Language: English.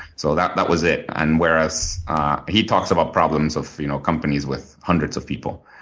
so that that was it. and whereas he talks about problems of you know companies with hundreds of people.